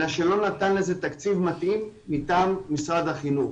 אלא שלא ניתן לזה תקציב מתאים מטעם משרד החינוך.